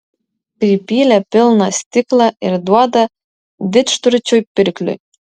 pripylė pilną stiklą ir duoda didžturčiui pirkliui